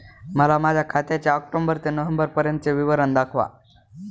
मला माझ्या खात्याचे ऑक्टोबर ते नोव्हेंबर पर्यंतचे विवरण दाखवा